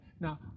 Now